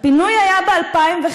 הפינוי היה ב-2005.